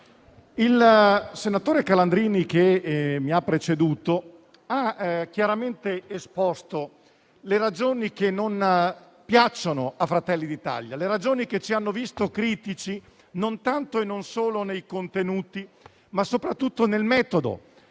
il senatore Calandrini, che mi ha preceduto, ha chiaramente esposto le ragioni che non piacciono a Fratelli d'Italia e che ci hanno visto critici, non tanto e non solo nei contenuti, ma soprattutto nel metodo,